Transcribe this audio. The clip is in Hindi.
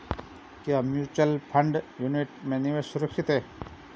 क्या म्यूचुअल फंड यूनिट में निवेश सुरक्षित है?